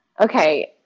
Okay